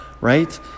right